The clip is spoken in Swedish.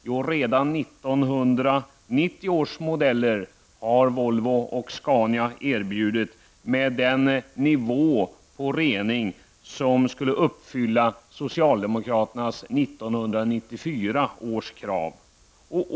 Jo, redan 1990 års modeller har Volvo och Scania erbjudit med en rening som skulle uppfylla de krav socialdemokraterna har ställt upp till 1994.